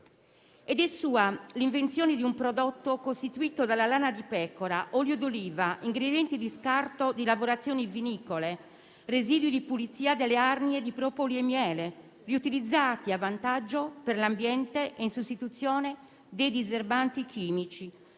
È sua l'invenzione di un prodotto, costituito da lana di pecora, olio d'oliva e ingredienti di scarto di lavorazioni vinicole, residui di pulizia delle arnie, propoli e miele, riutilizzati a vantaggio dell'ambiente, in sostituzione di diserbanti chimici,